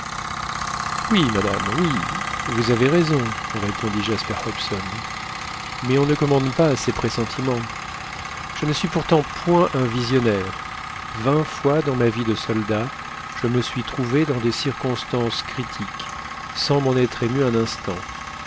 oui madame oui vous avez raison répondit jasper hobson mais on ne commande pas à ses pressentiments je ne suis pourtant point un visionnaire vingt fois dans ma vie de soldat je me suis trouvé dans des circonstances critiques sans m'en être ému un instant